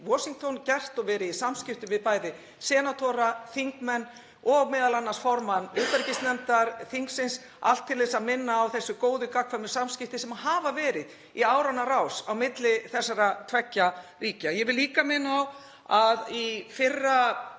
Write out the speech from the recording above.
Washington m.a. gert og verið í samskiptum við senatora, þingmenn og m.a. formann utanríkismálanefndar þingsins, allt til að minna á þau góðu gagnkvæmu samskipti sem hafa verið í áranna rás á milli þessara tveggja ríkja. Ég vil líka minna á að í fyrri